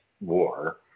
war